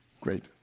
Great